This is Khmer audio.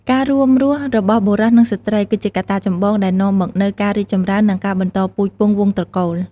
ការរួមរស់របស់បុរសនិងស្ត្រី គឺជាកត្តាចម្បងដែលនាំមកនូវការរីកចម្រើន និងការបន្តពូជពង្សវង្សត្រកូល។